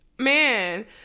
Man